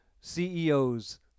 CEOs